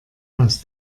aus